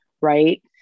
Right